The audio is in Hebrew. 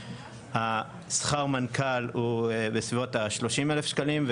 שכר מנכ"ל הוא בסביבות ה-30,000 שקלים,